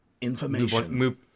Information